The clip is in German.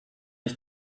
ich